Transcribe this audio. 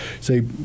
say